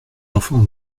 enfants